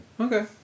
Okay